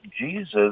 Jesus